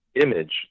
image